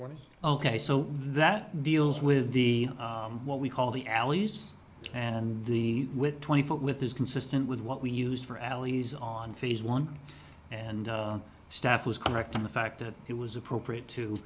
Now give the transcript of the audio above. twenty ok so that deals with the what we call the alleys and the with twenty foot with is consistent with what we used for alleys on phase one and staff was correct in the fact that it was appropriate to